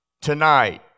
tonight